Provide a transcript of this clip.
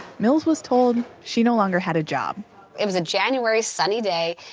mills was told she no longer had a job it was a january sunny day,